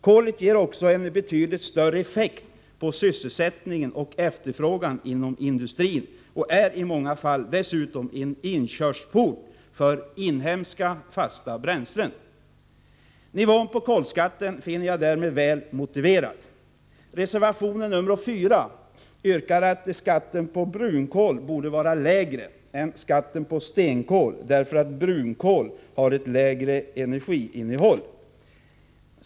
Kolet ger också en betydligt större effekt på sysselsättningen och efterfrågan inom industrin och är i många fall dessutom en inkörsport för inhemska fasta bränslen. Nivån på kolskatten finner jag därmed väl motiverad. I reservation nr 4 yrkas att skatten på brunkol borde vara lägre än skatten på stenkol därför att brunkol har ett lägre energiinnehåll.